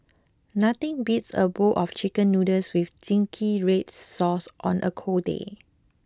nothing beats a bowl of chicken noodles with zingy red sauce on a cold day